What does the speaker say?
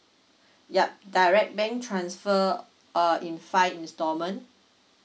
yup direct bank transfer uh in five installment